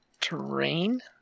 terrain